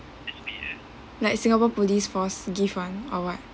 like singapore police force give one or what